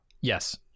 Yes